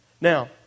Now